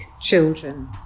children